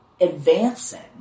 advancing